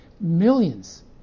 millions